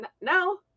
No